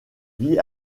vit